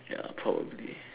ya probably